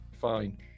fine